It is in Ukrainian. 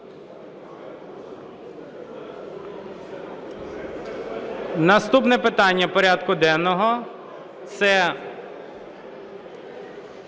Наступне питання порядку денного – це